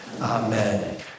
Amen